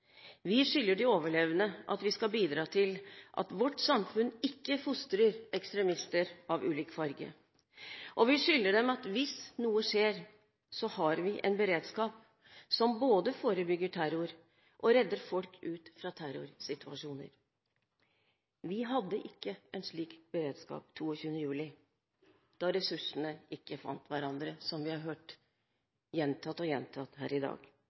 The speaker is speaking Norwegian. Vi skylder de overlevende at vi skal bidra til at vårt samfunn ikke fostrer ekstremister av ulik farge. Og vi skylder dem at hvis noe skjer, så har vi en beredskap som både forebygger terror, og redder folk ut fra terrorsituasjoner. Vi hadde ikke en slik beredskap 22. juli da ressursene ikke fant hverandre – som vi har hørt gjentatt og gjentatt her i